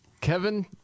Kevin